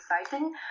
exciting